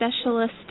specialist